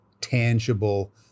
tangible